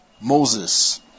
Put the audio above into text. Moses